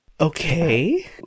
Okay